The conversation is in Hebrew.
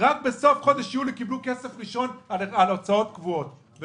רק בסוף חודש יולי קיבלו כסף ראשון על הוצאות קבועות.